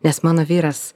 nes mano vyras